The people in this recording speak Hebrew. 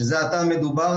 שזה התא המדובר.